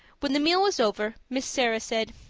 when the meal was over miss sarah said,